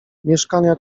mieszkania